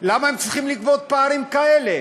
למה הם צריכים לגבות בפערים כאלה,